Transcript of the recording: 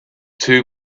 two